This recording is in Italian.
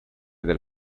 del